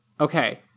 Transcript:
Okay